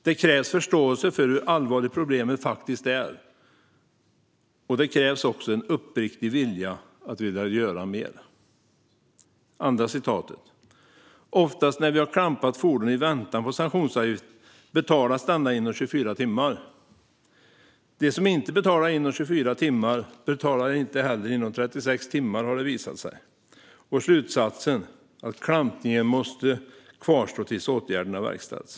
Det krävs förståelse för hur allvarliga problemen faktiskt är. Det krävs också en uppriktig vilja att göra mer. Det andra citatet: Oftast när vi har klampat fordon i väntan på sanktionsavgift betalas denna inom 24 timmar. De som inte betalar inom 24 timmar betalar inte heller inom 36 timmar, har det visat sig. Slutsatsen blir att klampningen måste kvarstå tills åtgärden har verkställts.